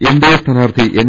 N D A സ്ഥാനാർത്ഥി N